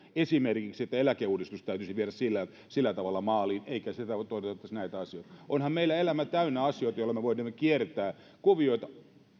esimerkiksi että eläkeuudistus täytyisi viedä sillä tavalla maaliin eikä toteutettaisi näitä asioita onhan meillä elämä täynnä asioita joilla me voimme kiertää kuvioita